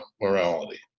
morality